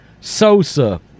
Sosa